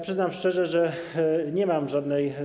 Przyznam szczerze, że nie mam żadnej.